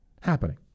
happening